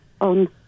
on